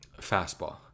fastball